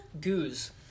goose